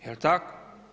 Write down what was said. Jel' tako?